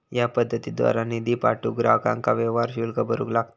या पद्धतीद्वारा निधी पाठवूक ग्राहकांका व्यवहार शुल्क भरूक लागता